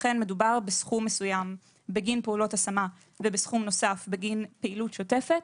אכן מדובר בסכום מסוים בגין פעולות השמה ובסכום נוסף בגין פעילות שוטפת.